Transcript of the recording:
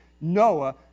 Noah